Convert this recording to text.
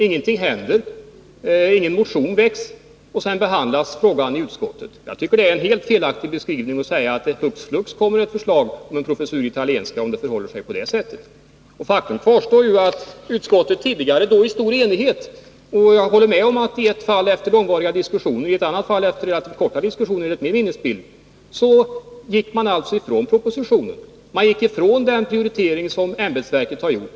Ingenting hände, ingen motion väcktes. Och sedan behandlades frågan i utskottet. Jag tycker att det är helt felaktigt att säga att det hux flux kommer ett förslag om en professur i italienska, om det förehåller sig på detta sätt. Utskottet har tidigare i stor enighet — jag håller med om att det i ett fall var efter långvariga diskussioner men i ett annat fall enligt min minnesbild efter korta diskussioner — gått ifrån propositionen och den prioritering som ämbetsverket har gjort.